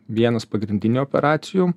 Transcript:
vienos pagrindinių operacijų